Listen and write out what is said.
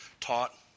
taught